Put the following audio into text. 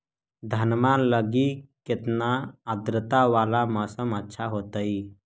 धनमा लगी केतना आद्रता वाला मौसम अच्छा होतई?